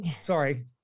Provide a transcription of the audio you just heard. Sorry